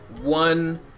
one